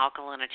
alkalinity